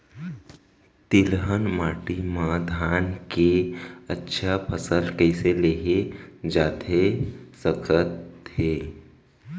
तिलहन माटी मा धान के अच्छा फसल कइसे लेहे जाथे सकत हे?